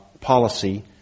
policy